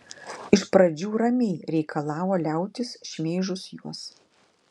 iš pradžių ramiai reikalavo liautis šmeižus juos